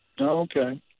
Okay